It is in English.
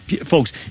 Folks